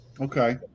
Okay